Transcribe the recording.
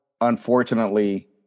unfortunately